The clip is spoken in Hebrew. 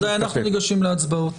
מכובדיי, אנחנו ניגשים להצבעות.